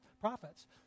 prophets